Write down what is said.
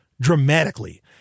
dramatically